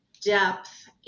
depth